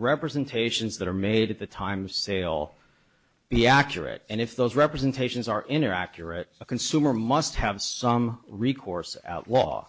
representations that are made at the time of sale be accurate and if those representations are in are accurate a consumer must have some recourse outlaw